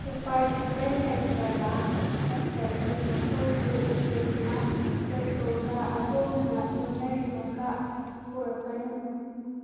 ꯎꯄꯥꯏ ꯁꯨꯡꯂꯩ ꯂꯩꯇ꯭ꯔꯕ ꯅꯠꯇ꯭ꯔꯗꯤ ꯃꯈꯣꯏꯕꯨ ꯎꯀꯤꯜꯅ ꯂꯣꯏꯁꯣꯗ ꯑꯗꯣꯝꯅ ꯂꯣꯏꯅꯔꯤꯕꯒ ꯄꯨꯔꯛꯀꯅꯨ